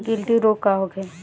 गिल्टी रोग का होखे?